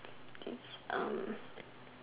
it's um